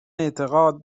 اعتقاد